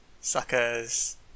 Suckers